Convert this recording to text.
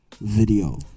video